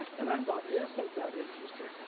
and i thought isn't that interesting?